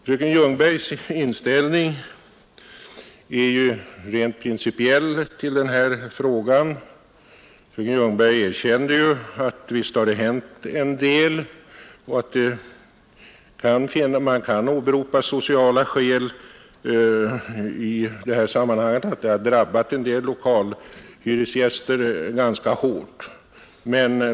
Fröken Ljungbergs inställning till denna fråga är ju rent principiell. Hon erkände att det hänt en del och att man kan åberopa sociala skäl i detta sammanhang, att en del lokalhyresgäster har drabbats ganska hårt.